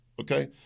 Okay